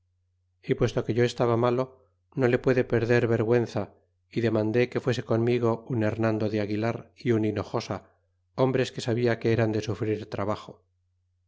y puesto que yo estaba malo no le puede perder vergüenza y demandé que fuese conmigo un hernando de aguilar y un hinojosa hombres que sabia que eran de sufrir trabajo